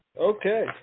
Okay